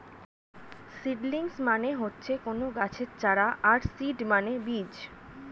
seedlings মানে হচ্ছে কোনো গাছের চারা আর সিড মানে বীজ